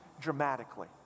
dramatically